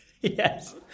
yes